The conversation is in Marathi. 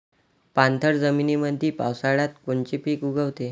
पाणथळ जमीनीमंदी पावसाळ्यात कोनचे पिक उगवते?